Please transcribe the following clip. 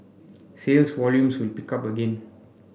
sales volumes will pick up again